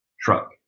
truck